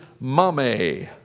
mame